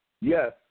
Yes